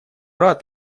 рад